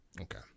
okay